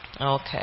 Okay